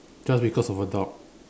just because of a dog